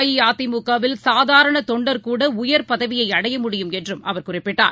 அஇஅதிமுகவில் சாதாரணதொண்டர் கூடஉயர் பதவியைஅடையமுடியும் என்றும் அவர் குறிப்பிட்டார்